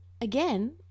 again